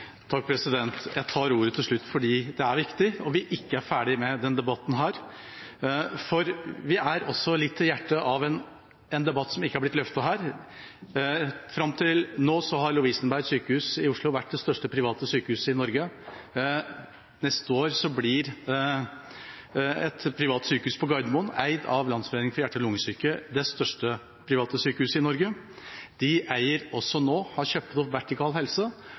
Jeg tar ordet til slutt fordi det er viktig og vi ikke er ferdig med denne debatten. For vi er også litt i hjertet av en debatt som ikke er blitt løftet. Fram til nå har Lovisenberg Diakonale Sykehus i Oslo vært det største private sykehuset i Norge. Neste år blir et privat sykehus på Gardermoen, eid av Landsforeningen for hjerte- og lungesyke, det største private sykehuset i Norge. De har kjøpt opp og eier også nå